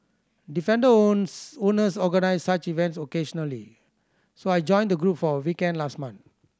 defender owners organise such events occasionally so I joined the group for a weekend last month